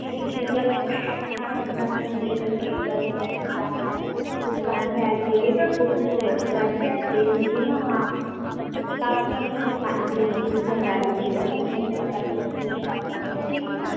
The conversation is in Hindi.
ठीक है जब आप अपना फ़ोन लेकर के कल हमारी दुकान के पास दुकान में आ जाइएगा कोई भी होगा दुकान पे आप दे दीजिएगा हाँ साथ में आप अपना नाम भी नोटिस करवा लीजिएगा ताकि हमें पता चले किसका फ़ोन है ठीक हैं